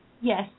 Yes